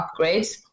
upgrades